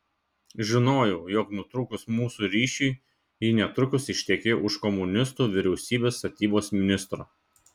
žinojau jog nutrūkus mūsų ryšiui ji netrukus ištekėjo už komunistų vyriausybės statybos ministro